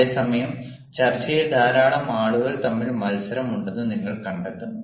അതേ സമയം ചർച്ചയിൽ ധാരാളം ആളുകൾ തമ്മിൽ മത്സരം ഉണ്ടെന്ന് നിങ്ങൾ കണ്ടെത്തും